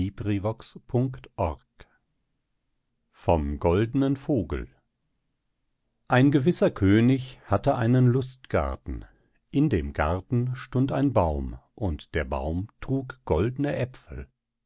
vom goldnen vogel ein gewisser könig hatte einen lustgarten in dem garten stund ein baum und der baum trug goldne aepfel